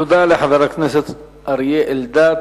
תודה לחבר הכנסת אריה אלדד.